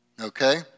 okay